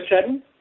sudden